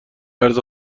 ارز